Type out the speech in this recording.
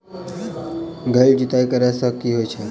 गहिर जुताई करैय सँ की होइ छै?